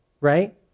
right